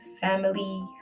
family